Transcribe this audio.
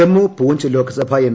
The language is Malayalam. ജമ്മു പൂഞ്ച് ലോക്സഭ എം